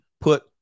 put